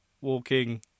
walking